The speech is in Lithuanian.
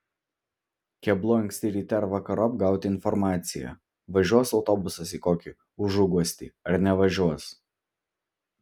keblu anksti ryte ar vakarop gauti informaciją važiuos autobusas į kokį užuguostį ar nevažiuos